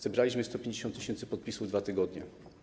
Zebraliśmy 150 tys. podpisów w 2 tygodnie.